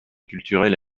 culturelle